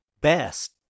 best